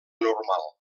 normal